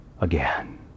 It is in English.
again